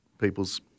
People's